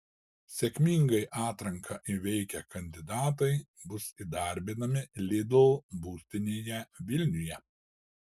sėkmingai atranką įveikę kandidatai bus įdarbinami lidl būstinėje vilniuje